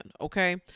okay